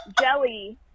jelly